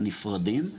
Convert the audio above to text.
נפרדים,